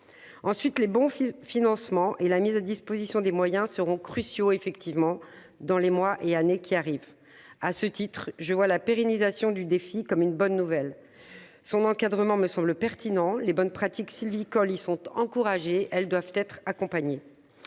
plus, les bons financements et la mise à disposition de moyens seront cruciaux dans les mois et années qui arrivent. À ce titre, je vois la pérennisation du Defi forêt comme une bonne nouvelle. Son encadrement me semble pertinent : les bonnes pratiques sylvicoles sont encouragées, elles méritent d'être accompagnées.